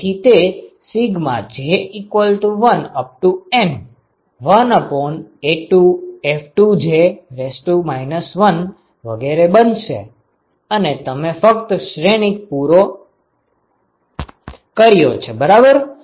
તેથી તે j1N1A2F2j 1 વગેરે બનશે અને તમે ફક્ત શ્રેણિક પૂરો કર્યો છે બરાબર